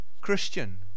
Christian